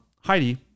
Heidi